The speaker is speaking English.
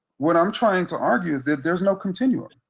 what i'm trying to argue is that there's no continuum.